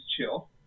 chill